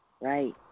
Right